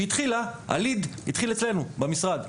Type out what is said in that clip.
שהתחילה אצלנו במשרד.